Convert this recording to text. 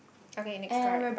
okay next card